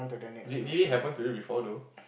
did did it happen to you before though